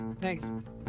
Thanks